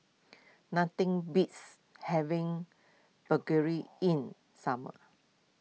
nothing beats having buggery in summer